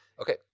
Okay